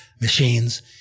machines